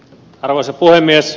arvoisa puhemies